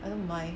I don't mind